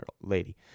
lady